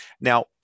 Now